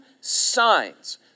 signs